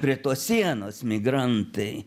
prie tos sienos migrantai